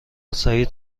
سعید